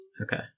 Okay